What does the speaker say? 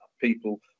people